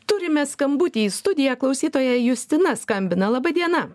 turime skambutį į studiją klausytoja justina skambina laba diena